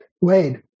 Wade